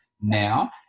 now